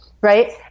Right